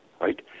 right